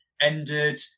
ended